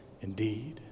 indeed